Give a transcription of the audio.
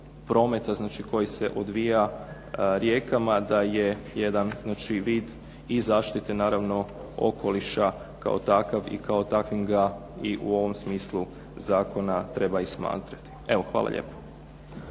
prometa koji se odvija rijekama, da je jedan vid i zaštite naravno okoliša kao takav i kao takvim ga i u ovom smislu treba i smatrati. Hvala lijepo.